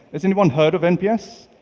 has anyone heard of nps?